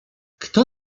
kto